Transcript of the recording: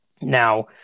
Now